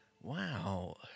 wow